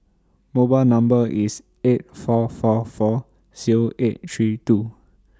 mobile Number IS eight four four four Zero eight three two